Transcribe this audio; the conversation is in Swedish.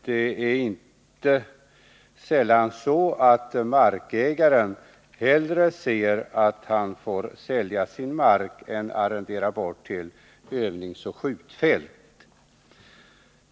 Det är inte sällan så att markägaren hellre ser att han får sälja sin mark än att han får arrendera bort den till övningsoch skjutfält.